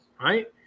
right